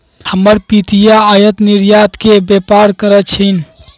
हमर पितिया आयात निर्यात के व्यापार करइ छिन्ह